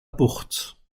bucht